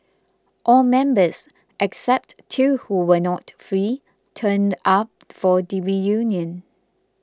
all members except two who were not free turned up for the reunion